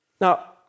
Now